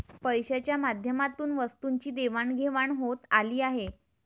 पैशाच्या माध्यमातून वस्तूंची देवाणघेवाण होत आली आहे